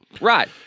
right